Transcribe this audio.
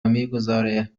میگذاره